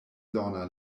lorna